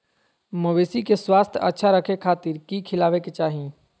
मवेसी के स्वास्थ्य अच्छा रखे खातिर की खिलावे के चाही?